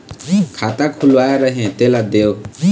खाता खुलवाय रहे तेला देव?